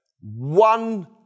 one